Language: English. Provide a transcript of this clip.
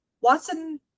Watson